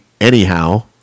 anyhow